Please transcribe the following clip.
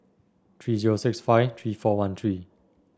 three zero six five three four one three